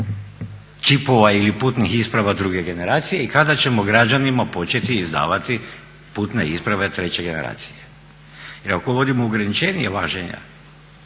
čipova ili putnih isprava druge generacije i kada ćemo građanima početi izdavati putne isprave treće generacije? Jer ako uvodimo ograničenje važenja